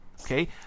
Okay